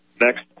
Next